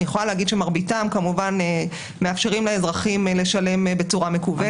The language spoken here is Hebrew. אני יכולה להגיד שמרביתם כמובן מאפשרים לאזרחים לשלם בצורה מקוונת.